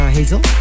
Hazel